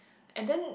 and then